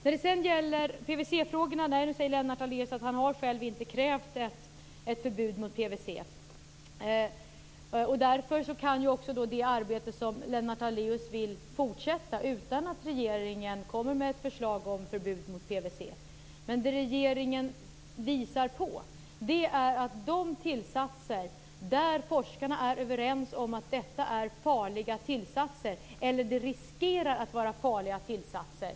När det sedan gäller PVC-frågorna säger Lennart Daléus att han själv inte har krävt ett förbud mot PVC. Därför kan också det arbete som Lennart Daléus vill se fortsätta utan att regeringen kommer med ett förslag om förbud mot PVC. Det regeringen visar på är de tillsatser där forskarna är överens om att det är farliga tillsatser, eller att det riskerar att vara farliga tillsatser.